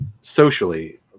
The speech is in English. socially